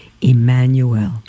Emmanuel